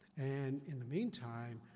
and, in the meantime,